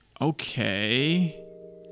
Okay